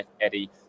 Eddie